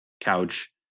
couch